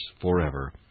forever